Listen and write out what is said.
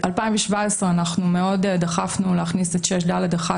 ב-2017 אנחנו מאוד דחפנו להכניס את 6(ד1)